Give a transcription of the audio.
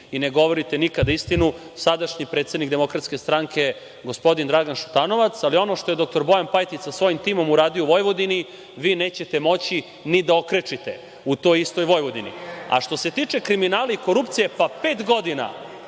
i ne govorite nikada istinu, sadašnji predsednik DS je gospodin Dragan Šutanovac, ali ono što je doktor Bojan Pajtić sa svojim timom uradio u Vojvodini vi nećete moći ni da okrečite u toj istoj Vojvodini. Što se tiče kriminala i korupcije, pet godina